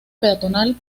peatonal